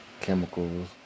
chemicals